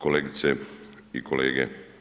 Kolegice i kolege.